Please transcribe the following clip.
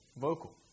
vocal